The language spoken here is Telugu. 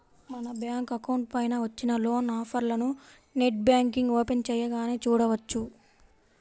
మన బ్యాంకు అకౌంట్ పైన వచ్చిన లోన్ ఆఫర్లను నెట్ బ్యాంకింగ్ ఓపెన్ చేయగానే చూడవచ్చు